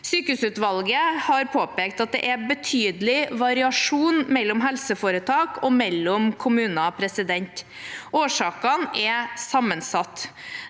Sykehusutvalget har påpekt at det er betydelig variasjon mellom helseforetak og mellom kommuner. Årsakene er sammensatte